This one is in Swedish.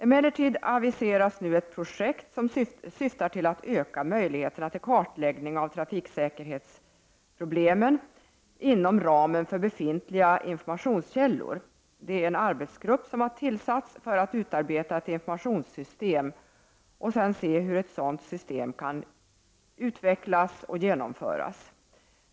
Emellertid aviseras ett projekt, som syftar till att inom ramen för befintliga informationskällor öka möjligheterna till kartläggning av trafiksäkerhetsproblemen. En arbetsgrupp har tillsatts för att utarbeta ett informationssystem och se hur ett sådant system kan genomföras och utvecklas.